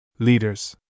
Leaders